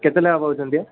କେତେ ଲେଖାଁ ପାଉଛନ୍ତି ହେ